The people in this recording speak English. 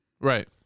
right